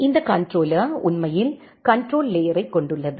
இந்த கண்ட்ரோலர் உண்மையில் கண்ட்ரோல் லேயரை கொண்டுள்ளது